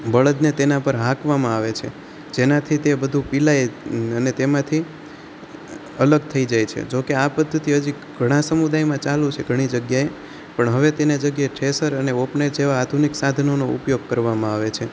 બળદને તેના પર હાંકવામાં આવે છે જેનાથી તે બધું પિલાઈ અને તેમાંથી અલગ થઈ જાય છે જો કે આ પદ્ધતિ હજી ઘણા સમુદાયમાં ચાલું છે ઘણી જગ્યાએ પણ હવે તેની જગ્યાએ થેસર અને ઉપનેર જેવાં આધુનિક સાધનોનો ઉપયોગ કરવામાં આવે છે